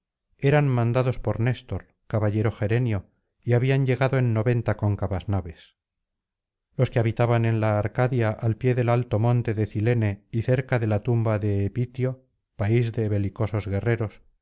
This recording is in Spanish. eran mandados por néstor caballero gerenio y habían llegado en noventa cóncavas naves los que habitaban en la arcadia al pie del alto monte de cilene y cerca de la tumba de epitio país de belicosos guerreros